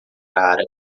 árabe